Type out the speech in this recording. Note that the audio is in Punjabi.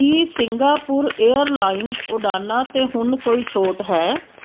ਕੀ ਸਿੰਗਾਪੁਰ ਏਅਰਲਾਈਨਜ਼ ਉਡਾਣਾਂ 'ਤੇ ਹੁਣ ਕੋਈ ਛੋਟ ਹੈ